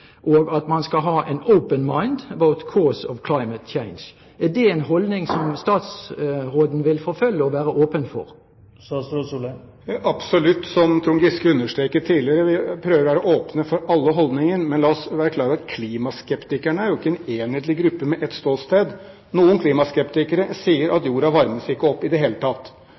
og at man skal ha ««open mind» about cause of climate change». Er det en holdning som statsråden vil forfølge og være åpen for? Ja, absolutt. Som Trond Giske understreket tidligere, prøver vi å være åpne for alle holdninger. Men la oss være klar over at klimaskeptikerne jo ikke er en enhetlig gruppe med ett ståsted. Noen klimaskeptikere sier at jorda varmes ikke opp i det hele tatt.